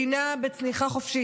מדינה בצניחה חופשית.